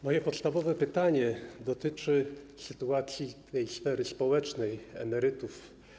Moje podstawowe pytanie dotyczy sytuacji sfery społecznej, w tym emerytów.